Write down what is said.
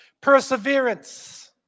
Perseverance